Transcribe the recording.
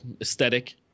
aesthetic